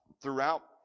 throughout